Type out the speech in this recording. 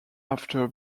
after